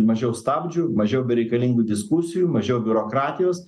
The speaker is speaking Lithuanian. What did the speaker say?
mažiau stabdžių mažiau bereikalingų diskusijų mažiau biurokratijos